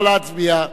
נא להצביע.